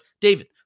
David